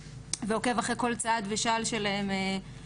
ברגע שבעצם אנחנו מזהות פגיעה כזו,